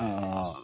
ओ